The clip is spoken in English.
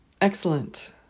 Excellent